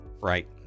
Right